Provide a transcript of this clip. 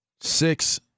Six